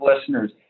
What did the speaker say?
listeners